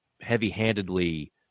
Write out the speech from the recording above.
heavy-handedly